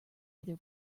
either